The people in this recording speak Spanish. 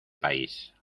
país